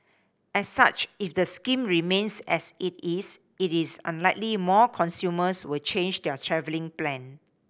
as such if the scheme remains as it is it is unlikely more consumers will change their travelling plan